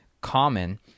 common